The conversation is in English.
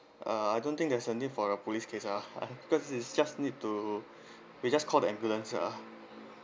uh I don't think there's a need for a police case ah because it's just need to we just call the ambulance ah